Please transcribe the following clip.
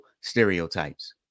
stereotypes